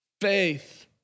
faith